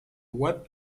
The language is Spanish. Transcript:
web